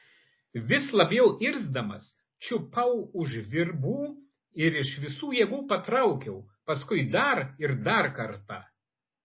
vis labiau irzdamas čiupau už virbų ir iš visų jėgų patraukiau paskui dar ir dar kartą